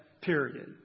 period